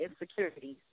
insecurities